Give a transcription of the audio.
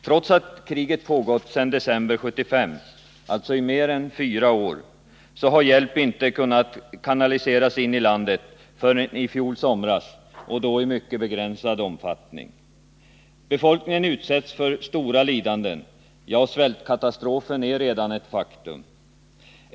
Trots att kriget pågått sedan december 1975 — alltså i mer än fyra år — har hjälp inte kunnat kanaliseras in i landet förrän i fjol somras och då i mycket begränsad omfattning. Befolkningen utsätts för stora lidanden, ja svältkatastrofen är redan ett faktum.